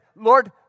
Lord